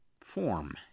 form